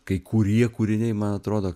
kai kurie kūriniai man atrodo